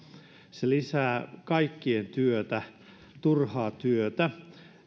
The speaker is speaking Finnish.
se lisää kaikkien työtä turhaa työtä